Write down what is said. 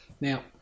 Now